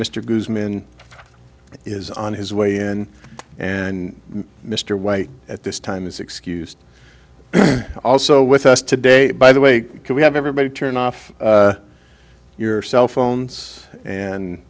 mr goodman is on his way in and mr white at this time is excused also with us today by the way can we have everybody turn off your cell phones and